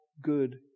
good